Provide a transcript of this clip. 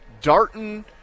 Darton